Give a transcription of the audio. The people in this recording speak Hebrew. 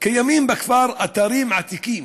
קיימים בכפר אתרים עתיקים,